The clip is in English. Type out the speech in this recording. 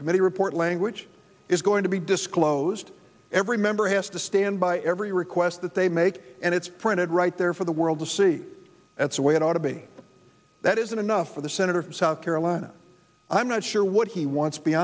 committee report language is going to be disclosed every member has to stand by every request that they make and it's printed right there for the world to see that's the way it ought to be that is enough for the senator from south carolina i'm not sure what he wants